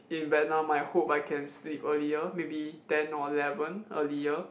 in Vietnam I hope I can sleep earlier maybe ten or eleven earlier